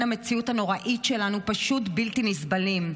המציאות הנוראית שלנו פשוט בלתי נסבלים.